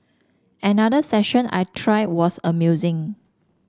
another session I tried was amusing